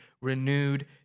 renewed